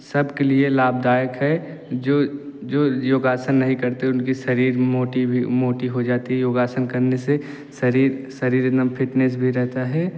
सब के लिए लाभदायक है जो जो योगासन नहीं करते उनके शरीर मोटी भी मोटी हो जाता योगासन करने से शरीर शरीर एक दम में फिटनेस भी रहता है